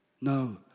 no